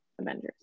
Avengers